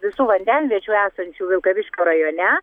visų vandenviečių esančių vilkaviškio rajone